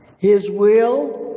his will,